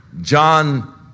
John